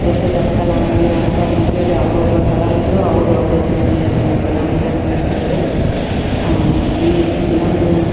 ದುರ್ಗಾದಾಸ್ ಕಲಾಮಂದಿರ ಅಂತವಂತೇಳಿ ಅವರು ಒಬ್ಬರು ಕಲಾವಿದ್ರು ಅವರು ಅವ್ರ ಹೆಸರಿನಲ್ಲೆ ಅದನ್ನು ಕಲಾಮಂದಿರನ್ನು ಕಟ್ಟಿಸಿದ್ದಾರೆ ಈ ನಮ್ಮ